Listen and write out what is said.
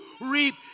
reap